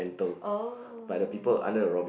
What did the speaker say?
oh